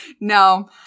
No